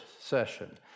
session